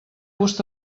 gust